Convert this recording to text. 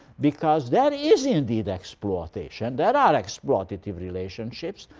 because there is indeed exploitation there are exploitive relationships,